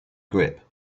grip